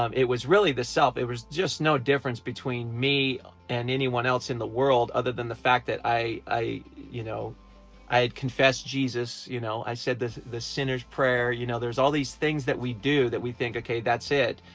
um it was really the self it was just no difference between me and anyone else in the world, other than the fact that i you know i had confessed jesus you know i said the the sinner's prayer. you know there's all these things that we do that we think okay that's it.